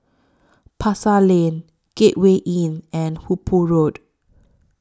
Pasar Lane Gateway Inn and Hooper Road